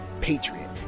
patriot